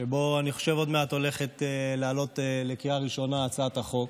שבו אני חושב שעוד מעט הולכת לעבור בקריאה ראשונה הצעת החוק